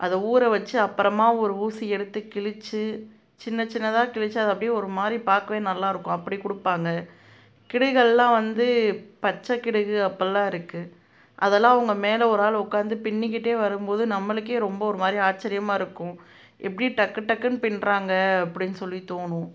அதை ஊற வச்சு அப்புறமா ஒரு ஊசி எடுத்து கிழிச்சி சின்ன சின்னதாக கிழிச்சி அதை அப்படே ஒரு மாதிரி பார்க்கவே நல்லா இருக்கும் அப்படி கொடுப்பாங்க கிடுகெல்லாம் வந்து பச்சைக் கிடுகு அப்புடில்லாம் இருக்குது அதெலாம் அவங்க மேலே ஒரு ஆள் உட்காந்து பின்னிக்கிட்டே வரும்போது நம்மளுக்கே ரொம்ப ஒருமாதிரி ஆச்சரியமாக இருக்கும் எப்படி டக்கு டக்குன்னு பின்னுறாங்க அப்படின் சொல்லி தோணும்